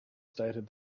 stated